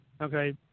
okay